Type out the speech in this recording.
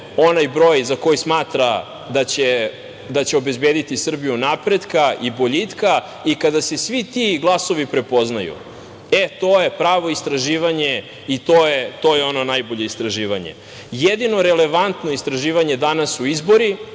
onaj broj za koji smatra da će obezbediti Srbiju napretka i boljitka, kada se svi ti glasovi prepoznaju, to je pravo istraživanje i to je ono najbolje istraživanje. Jedino relevantno istraživanje danas su izbori,